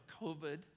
COVID